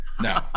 No